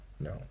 no